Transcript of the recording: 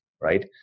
right